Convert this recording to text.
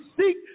seek